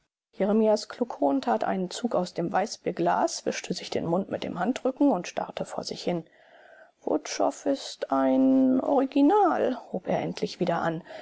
jeremias kluckhohn tat einen zug aus dem weißbierglas wischte sich den mund mit dem handrücken und starrte vor sich hin wutschow ist ein original hob er endlich wieder an